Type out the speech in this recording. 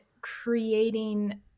creating